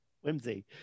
whimsy